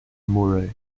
murray